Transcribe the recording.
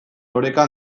oreka